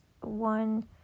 one